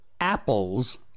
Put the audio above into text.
apples